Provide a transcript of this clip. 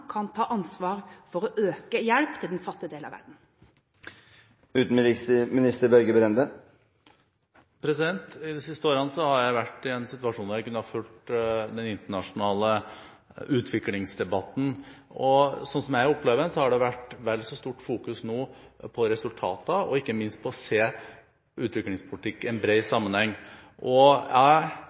kan ta ansvar for å øke hjelpen til den fattige del av verden. I løpet av de siste årene har jeg vært i en situasjon der jeg har kunnet følge den internasjonale utviklingsdebatten, og slik som jeg opplever den, har det vært et vel så stort fokus på resultater – og ikke minst på å se utviklingspolitikken i en bred sammenheng. Jeg